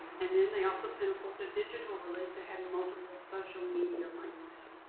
and then they also sent, of course, a digital release that had and multiple social media links.